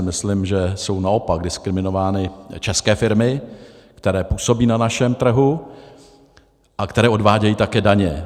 Myslím si, že jsou naopak diskriminovány české firmy, které působí na našem trhu a které odvádějí také daně.